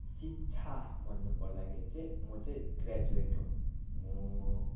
शिक्षा भन्नु पर्दाखेरि चाहिँ म चाहिँ ग्राजुएट हो म